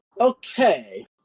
Okay